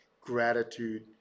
gratitude